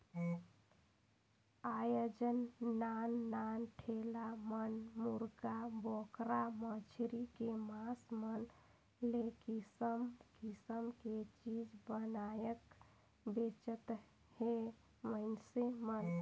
आयज नान नान ठेला मन मुरगा, बोकरा, मछरी के मास मन ले किसम किसम के चीज बनायके बेंचत हे मइनसे मन